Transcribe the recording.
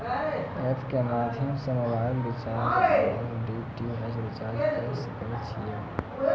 App के माध्यम से मोबाइल रिचार्ज ओर डी.टी.एच रिचार्ज करऽ सके छी यो?